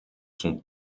son